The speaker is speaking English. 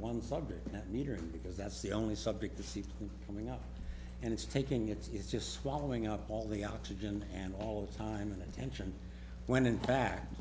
one subject that meter because that's the only subject to see coming out and it's taking it's just swallowing up all the oxygen and all the time and attention when in fact